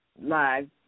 live